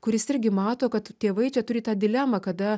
kuris irgi mato kad tėvai čia turi tą dilemą kada